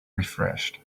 refreshed